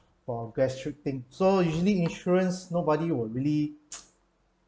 for gastric thing so usually insurance nobody will really